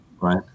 right